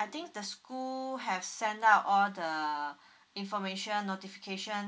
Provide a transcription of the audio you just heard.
I think the school have sent out all the information notification